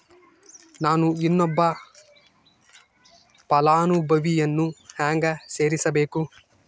ನಾನು ಇನ್ನೊಬ್ಬ ಫಲಾನುಭವಿಯನ್ನು ಹೆಂಗ ಸೇರಿಸಬೇಕು?